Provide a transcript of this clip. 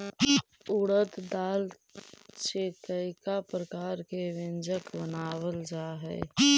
उड़द दाल से कईक प्रकार के व्यंजन बनावल जा हई